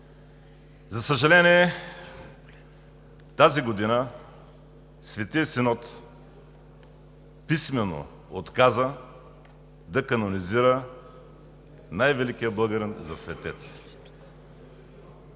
За съжаление, тази година Светия синод писмено отказа да канонизира най-великия българин за светец.